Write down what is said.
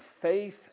faith